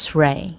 ray